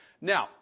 Now